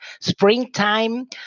springtime